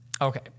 Okay